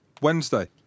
Wednesday